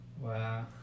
Wow